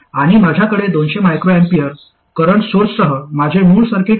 आणि माझ्याकडे 200 µA current सोर्ससह माझे मूळ सर्किट आहे